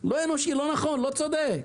לא נכון, לא צודק.